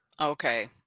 Okay